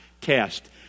test